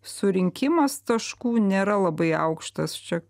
surinkimas taškų nėra labai aukštas čia